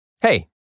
Hey